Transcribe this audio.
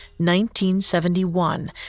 1971